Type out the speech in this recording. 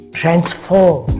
transform